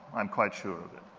i'm quite sure of it.